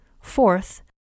Fourth